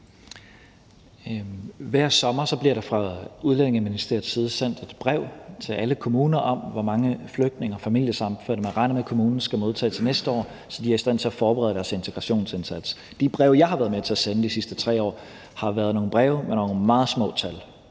Hver sommer bliver der fra Udlændingeministeriets side sendt et brev til alle kommuner om, hvor mange flygtninge og familiesammenførte man regner med at kommunen skal modtage til næste år, så de er i stand til at forberede deres integrationsindsats. De breve, jeg har været med til at sende de sidste 3 år, har været nogle breve med nogle meget små tal.